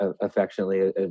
affectionately